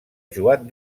joan